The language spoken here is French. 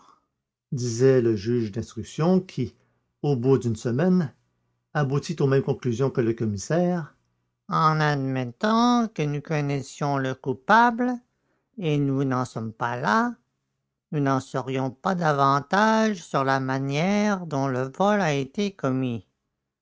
disait le juge d'instruction qui au bout d'une semaine aboutit aux mêmes conclusions que le commissaire en admettant que nous connaissions le coupable et nous n'en sommes pas là nous n'en saurions pas davantage sur la manière dont le vol a été commis